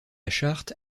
charte